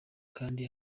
kandi